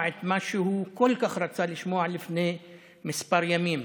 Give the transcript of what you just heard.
את מה שהוא כל כך רצה לשמוע לפני כמה ימים,